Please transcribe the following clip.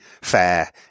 fair